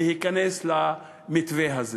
להיכנס למתווה הזה?